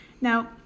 Now